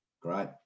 great